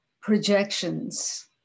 projections